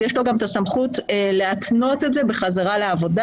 יש לו גם את הסמכות להתנות את זה בחזרה לעבודה.